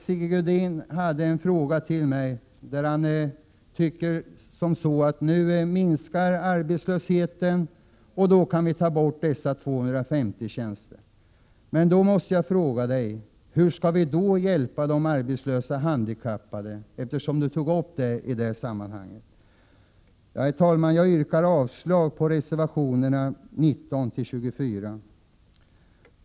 Sigge Godin riktade sig till mig och sade att nu när arbetslösheten minskar kan vi ta bort dessa 250 tjänster. Då måste jag fråga honom hur vi skall hjälpa de arbetslösa handikappade, eftersom han tog upp detta i sammanhanget. Herr talman! Jag yrkar avslag på reservationerna 19-24.